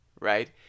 right